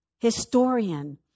historian